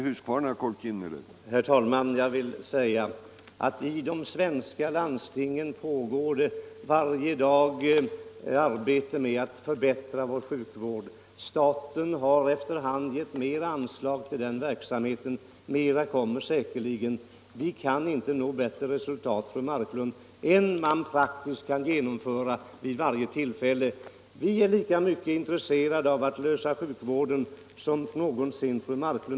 Herr talman! I de svenska landstingen arbetar man varje dag med att förbättra vår sjukvård. Staten har efter hand givit större anslag till den verksamheten och mer kommer säkerligen. Vi kan inte nå bättre resultat, fru Marklund, än man praktiskt kan genomföra vid varje tillfälle. Vi är lika intresserade av att lösa sjukvårdens problem som någonsin fru Marklund.